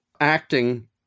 acting